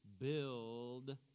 build